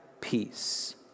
peace